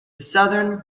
southern